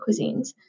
cuisines